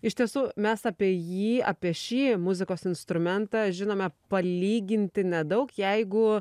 iš tiesų mes apie jį apie šį muzikos instrumentą žinome palyginti nedaug jeigu